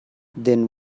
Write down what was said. then